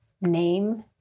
name